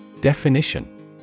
Definition